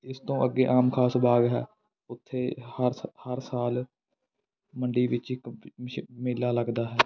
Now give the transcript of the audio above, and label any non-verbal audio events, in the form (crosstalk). ਇਸ ਤੋਂ ਅੱਗੇ ਆਮ ਖਾਸ ਬਾਗ ਹੈ ਉੱਥੇ ਹਰ ਸਾ ਹਰ ਸਾਲ ਮੰਡੀ ਵਿੱਚ ਇੱਕ (unintelligible) ਮੇਲਾ ਲੱਗਦਾ ਹੈ